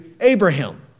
Abraham